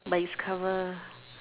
but its cover